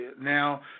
Now